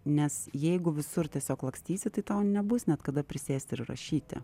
nes jeigu visur tiesiog lakstysi tai tau nebus net kada prisėsti ir rašyti